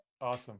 Awesome